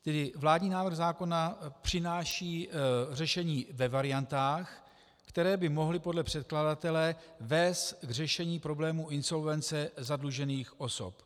Tedy vládní návrh zákona přináší řešení ve variantách, které by mohly podle předkladatele vést k řešení problémů insolvence zadlužených osob.